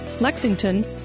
Lexington